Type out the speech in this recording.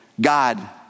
God